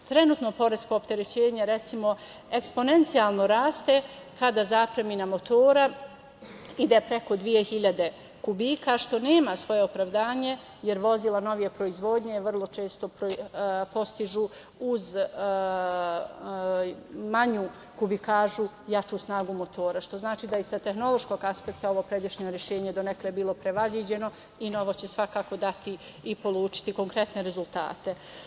Trenutno poresko opterećenje recimo, eksponencijalno raste kada zapremina motora ide preko dve hiljade kubika što nema svoje opravdanje, jer vozila novije proizvodnje vrlo često postižu uz manju kubikažu jaču snagu motora, što znači da je i sa tehnološkog aspekta ovo pređašnje rešenje donekle bilo prevaziđeno i novo će svakako dati i pokazati konkretne rezultate.